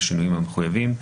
בשינויים המחויבים,